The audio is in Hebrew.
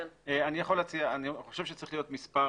אני חושב שצריך להיות מספר